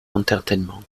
entertainment